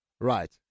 Right